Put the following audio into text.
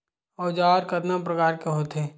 औजार कतना प्रकार के होथे?